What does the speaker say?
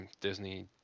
Disney